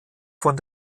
von